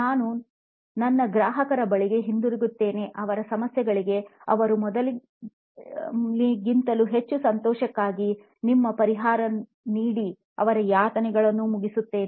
ನಾನು ನನ್ನ ಗ್ರಾಹಕರ ಬಳಿಗೆ ಹಿಂತಿರುಗುತ್ತೇನೆಅವರ ಸಮಸ್ಯೆಗಳಿಗೆ ಅವರು ಮೊದಲಿಗಿಂತಲೂ ಹೆಚ್ಚು ಸಂತೋಷಕ್ಕಾಗಿ ನಿಮ್ಮ ಪರಿಹಾರ ನೀಡಿ ಅವರ ಯಾತನೆಗಳನ್ನು ಮುಗಿಸುತ್ತೇನೆ